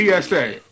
psa